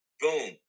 boom